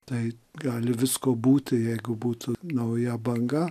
tai gali visko būti jeigu būtų nauja banga